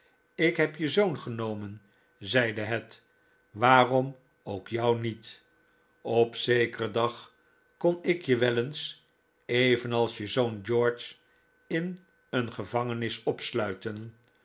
ik heb je zoon genomen zeide het waarom ook jou niet op zekeren dag kon ik je wel eens evenals je zoon george in een gevangenis opsluiten